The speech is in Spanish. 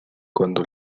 cuando